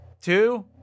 Two